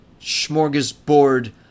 smorgasbord